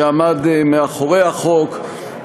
שעמד מאחורי החוק.